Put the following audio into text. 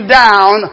down